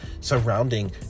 surrounding